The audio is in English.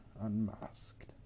unmasked